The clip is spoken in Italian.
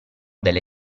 delle